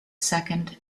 second